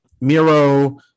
miro